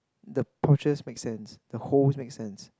the posture makes sense the hole makes sense